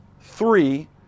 three